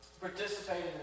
participated